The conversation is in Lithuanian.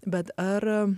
bet ar